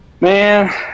Man